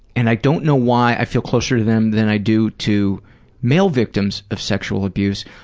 and i don't know why i feel closer to them than i do to male victims of sexual abuse.